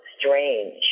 strange